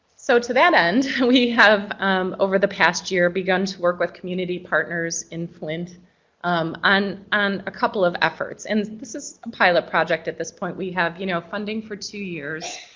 so to that end, we have over the past year begun to work with community partners in flint um on on a couple of efforts. and this is a pilot project at this point we have, you know, funding for two years.